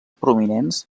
prominents